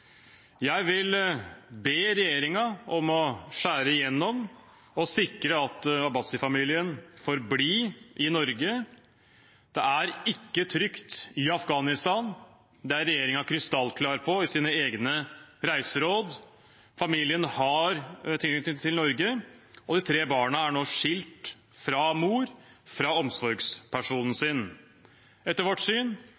Jeg vil be regjeringen om å skjære igjennom og sikre at Abbasi-familien får bli i Norge. Det er ikke trygt i Afghanistan. Det er regjeringen krystallklar på i sine egne reiseråd. Familien har tilknytning til Norge, og de tre barna er nå skilt fra mor, fra omsorgspersonen